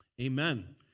Amen